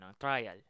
trial